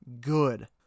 good